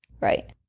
Right